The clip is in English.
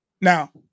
Now